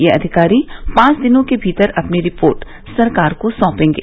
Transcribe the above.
ये अधिकारी पांच दिनों के भीतर अपनी रिपोर्ट सरकार को सौपेंगे